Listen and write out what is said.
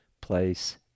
place